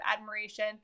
admiration